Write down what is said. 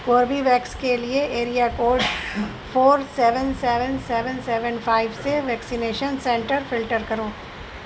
Corbevax کے لیے area code four seven seven seven seven five سے ویکسینیشن سینٹر فلٹر کرو